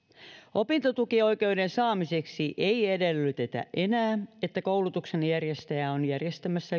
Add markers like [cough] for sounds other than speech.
opintotukioikeuden saamiseksi ei edellytetä enää että koulutuksen järjestäjä on järjestämässä [unintelligible]